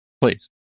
Please